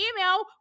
email